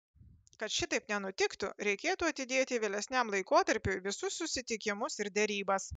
kad šitaip nenutiktų reikėtų atidėti vėlesniam laikotarpiui visus susitikimus ir derybas